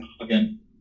Again